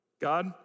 God